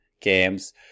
games